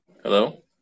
Hello